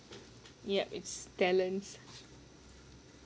yup it's talents